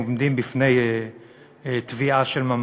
עומדים בפני טביעה של ממש.